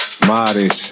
mares